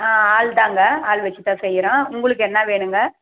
ஆ ஆள்தாங்க ஆள் வச்சுத்தான் செய்கிறோம் உங்களுக்கு என்ன வேணுங்கள்